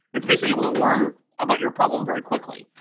it's basically able to learn about your problem very quickly,